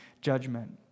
judgment